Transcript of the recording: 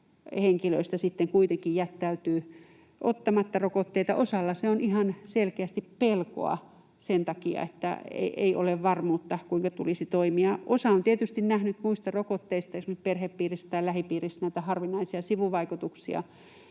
henkilöistä sitten kuitenkin jättäytyy ottamatta rokotteita. Osalla se on ihan selkeästi pelkoa sen takia, että ei ole varmuutta, kuinka tulisi toimia. Osa on tietysti nähnyt muista rokotteista esimerkiksi perhepiirissä tai lähipiirissä näitä harvinaisia sivuvaikutuksia